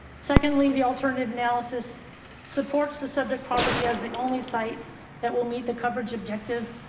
secondly, the alternative analysis supports the subject property as the only site that will meet the coverage objective.